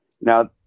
Now